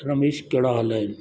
रमेश कहिड़ा हाल आहिनि